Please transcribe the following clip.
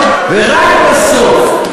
ורק בסוף,